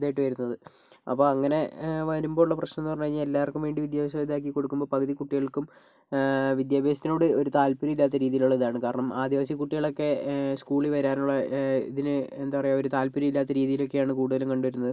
ഇതായിട്ട് വരുന്നത് അപ്പം അങ്ങനെ വരുമ്പോളുള്ള പ്രശ്നം എന്ന് പറഞ്ഞ് കഴിഞ്ഞാൽ എല്ലാവർക്കും വേണ്ടി വിദ്യാഭ്യാസം ഇതാക്കി കൊടുക്കുമ്പോൾ പകുതി കുട്ടികൾക്കും വിദ്യാഭ്യാസത്തിനോട് ഒരു താത്പര്യമില്ലാത്ത രീതിയിലുള്ള ഇതാണ് കാരണം ആദിവാസി കുട്ടികളൊക്കെ സ്കൂളിൽ വരാനുള്ള ഇതിന് എന്താ പറയുക ഒരു താത്പര്യമില്ലാത്ത രീതിയിലൊക്കെയാണ് കൂടുതലും കണ്ട് വരുന്നത്